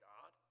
God